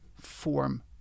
form